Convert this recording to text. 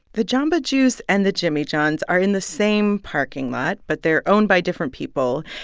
the jamba juice and the jimmy john's are in the same parking lot, but they're owned by different people.